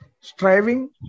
Striving